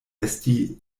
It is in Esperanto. esti